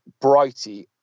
Brighty